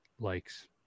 Likes